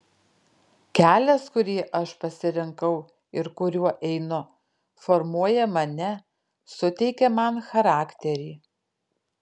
kelias kurį aš pasirinkau ir kuriuo einu formuoja mane suteikia man charakterį